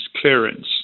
clearance